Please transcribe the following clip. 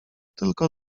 tylko